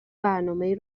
برنامهای